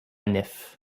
nef